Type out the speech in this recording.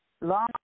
Long